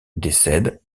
décèdent